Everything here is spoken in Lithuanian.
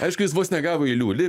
aišku jis vos negavo į liūlį